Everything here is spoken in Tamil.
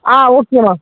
ஆ ஓகேம்மா